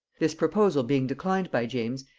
this proposal being declined by james,